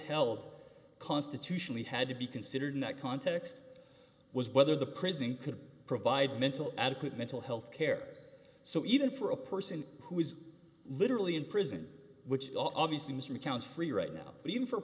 held constitutionally had to be considered in that context was whether the prison could provide mental adequate mental health care so even for a person who is literally in prison which obviously was from a county free right now but even for a